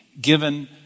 given